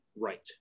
right